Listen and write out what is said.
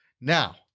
Now